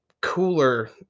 cooler